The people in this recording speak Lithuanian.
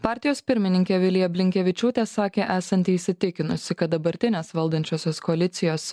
partijos pirmininkė vilija blinkevičiūtė sakė esanti įsitikinusi kad dabartinės valdančiosios koalicijos